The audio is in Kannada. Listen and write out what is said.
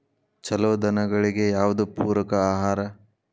ಛಲೋ ದನಗಳಿಗೆ ಯಾವ್ದು ಪೂರಕ ಆಹಾರ?